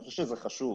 אני חושב שזה חשוב,